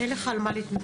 אין לך על מה להתנצל.